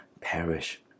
perish